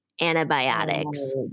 antibiotics